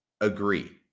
agree